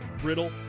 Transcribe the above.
brittle